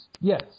Yes